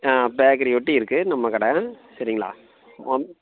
ஆ bakery ஒட்டி இருக்குது நம்ம கடை சரிங்களா வந்